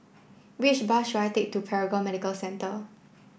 which bus should I take to Paragon Medical Centre